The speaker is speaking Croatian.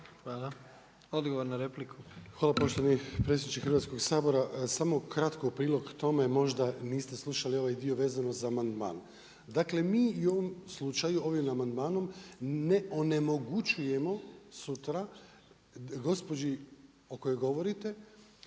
lijepa. Odgovor na repliku.